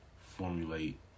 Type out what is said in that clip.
formulate